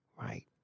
right